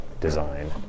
design